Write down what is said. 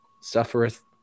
suffereth